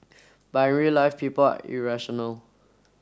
but in real life people irrational